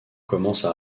commence